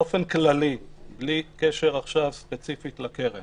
באופן כללי בלי קשר ספציפית לקרן